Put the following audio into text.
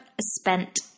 spent